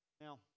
Now